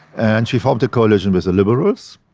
and she formed a coalition with the liberals.